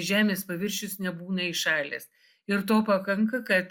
žemės paviršius nebūna įšalęs ir to pakanka kad